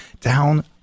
down